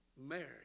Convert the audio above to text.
Mary